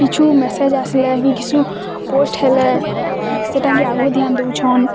କିଛୁ ମେସେଜ୍ ଆସିଲେ କିଛୁ ପୋଷ୍ଟ ହେଲେ ସୋଟା କେ ଆହୁରି ଧ୍ୟାନ୍ ଦଉଛନ୍